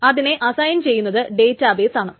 അതിനെ അസ്സയിൻ ചെയ്യുന്നത് ഡേറ്റാബെസിൽ ആണ്